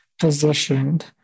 positioned